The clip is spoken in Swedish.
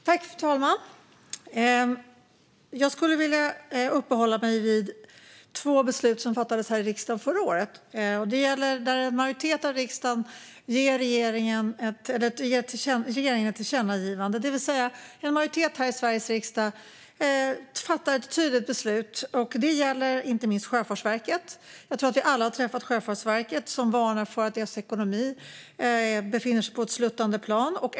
Fru talman! Jag skulle vilja uppehålla mig vid två beslut som fattades här i riksdagen förra året. Det gäller beslut där en majoritet av riksdagen gav regeringen ett tillkännagivande, det vill säga en majoritet här i Sveriges riksdag fattade ett tydligt beslut. Det gäller inte minst Sjöfartsverket. Jag tror att vi alla här har träffat representanter för Sjöfartsverket som varnar för att deras ekonomi befinner sig på ett sluttande plan.